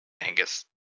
Angus